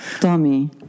Tommy